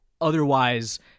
otherwise